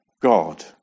God